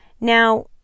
Now